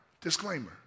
disclaimer